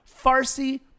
Farsi